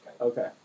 Okay